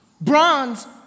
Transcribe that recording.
Bronze